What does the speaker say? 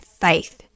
faith